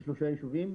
בשלושה יישובים,